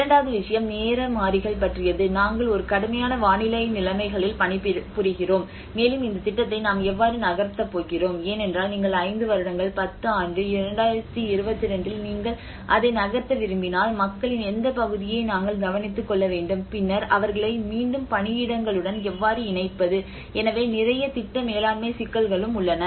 இரண்டாவது விஷயம் நேர மாறிகள் பற்றியது நாங்கள் ஒரு கடுமையான வானிலை நிலைமைகளில் பணிபுரிகிறோம் மேலும் இந்த திட்டத்தை நாம் எவ்வாறு நகர்த்தப் போகிறோம் ஏனென்றால் நீங்கள் 5 வருடங்கள் 10 ஆண்டு 2022ல் நீங்கள் அதை நகர்த்த விரும்பினால் மக்களின் எந்தப் பகுதியை நாங்கள் கவனித்துக் கொள்ள வேண்டும் பின்னர் அவர்களை மீண்டும் பணியிடங்களுடன் எவ்வாறு இணைப்பது எனவே நிறைய திட்ட மேலாண்மை சிக்கல்களும் உள்ளன